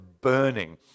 burning